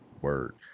word